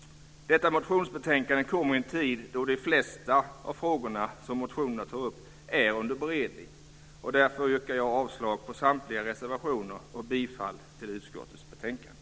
Detta betänkande kommer i en tid då de flesta av de frågor som tas upp i motionerna är under beredning, så därför yrkar jag avslag på samtliga reservationer och bifall till utskottets förslag.